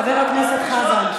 חבר הכנסת חזן.